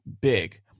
big